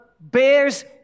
bears